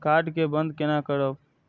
Card के बन्द केना करब?